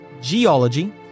geology